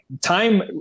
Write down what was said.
time